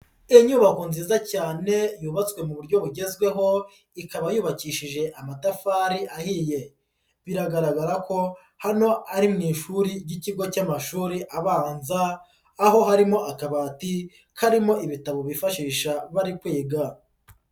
Inyubako nziza cyane yubatswe mu buryo bugezweho ikaba yubakishije amatafari ahiye, biragaragara ko hano ari mu ishuri ry'ikigo cy'amashuri abanza aho harimo akabati karimo ibitabo bifashisha bari kwiga.